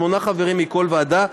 שמונה חברים מכל ועדה,